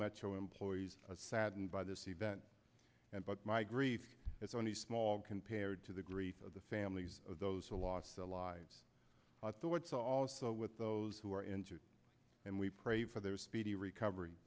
metro employees saddened by this event and but my grief is only small compared to the grief of the families of those who lost their lives at the what's also with those who are injured and we pray for their speedy recovery